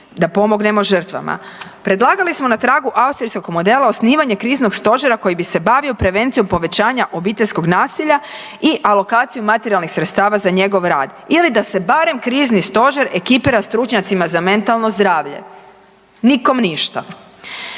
da pomognemo žrtvama. Predlagali smo na tragu austrijskog modela osnivanje kriznog stožera koji bi se bavio prevencijom povećanja obiteljskog nasilja i alokacijom materijalnih sredstava za njegov rad ili da se barem krizni stožer ekipira stručnjacima za mentalno zdravlje. Nikom ništa.